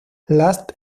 last